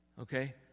Okay